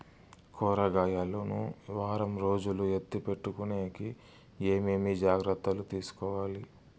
కూరగాయలు ను వారం రోజులు ఎత్తిపెట్టుకునేకి ఏమేమి జాగ్రత్తలు తీసుకొవాలి?